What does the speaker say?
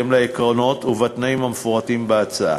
בהתאם לעקרונות ולתנאים המפורטים בהצעה.